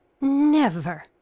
Never